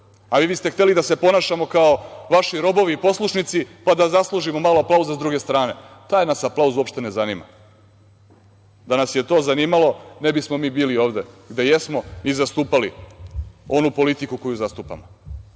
Vi biste hteli da se ponašamo kao vaši robovi poslušnici, pa da zaslužimo mala pauza s druge strane. Taj nas aplauz uopšte ne zanima. Da nas je to zanimalo ne bismo mi bili ovde. I da jesmo zastupali onu politiku koju zastupamo. Kako